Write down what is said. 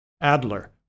Adler